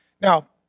Now